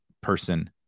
person